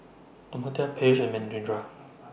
Amartya Peyush and Manindra